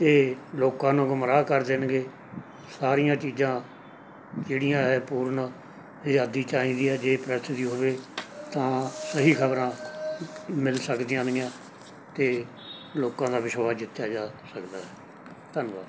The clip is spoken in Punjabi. ਅਤੇ ਲੋਕਾਂ ਨੂੰ ਗੁੰਮਰਾਹ ਕਰ ਦੇਣਗੇ ਸਾਰੀਆਂ ਚੀਜ਼ਾਂ ਜਿਹੜੀਆਂ ਹੈ ਪੂਰਨ ਆਜ਼ਾਦੀ ਚਾਹੀਦੀ ਆ ਜੇ ਪ੍ਰੈੱਸ ਦੀ ਹੋਵੇ ਤਾਂ ਸਹੀ ਖਬਰਾਂ ਮਿਲ ਸਕਦੀਆਂ ਨਗੀਆ ਅਤੇ ਲੋਕਾਂ ਦਾ ਵਿਸ਼ਵਾਸ ਜਿੱਤਿਆ ਜਾ ਸਕਦਾ ਧੰਨਵਾਦ